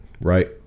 right